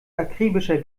akribischer